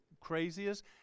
craziest